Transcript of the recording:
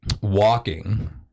walking